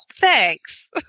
thanks